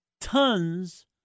tons